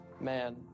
man